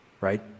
right